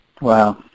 Wow